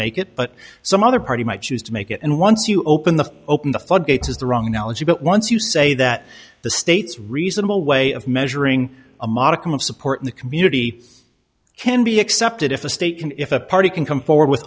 make it but some other party might choose to make it and once you open the open the floodgates is the wrong knowledge but once you say that the states reasonable way of measuring a modicum of support in the community can be accepted if the state can if a party can come forward with